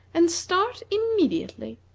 and start immediately.